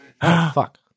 fuck